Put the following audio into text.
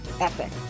epic